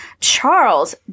Charles